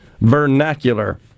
vernacular